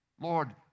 Lord